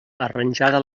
arranjada